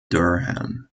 durham